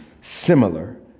similar